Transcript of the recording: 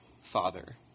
Father